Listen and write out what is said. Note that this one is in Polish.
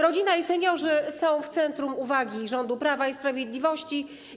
Rodzina i seniorzy są w centrum uwagi rządu Prawa i Sprawiedliwości.